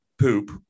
poop